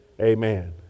amen